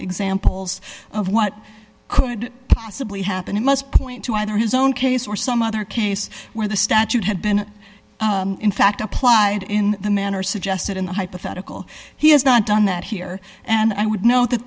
examples of what could possibly happen it must point to either his own case or some other case where the statute had been in fact applied in the manner suggested in the hypothetical he has not done that here and i would know that